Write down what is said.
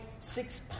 Six